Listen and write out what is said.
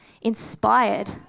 inspired